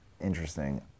Interesting